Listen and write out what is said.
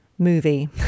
movie